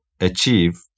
achieve